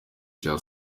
cya